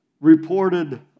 reported